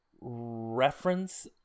reference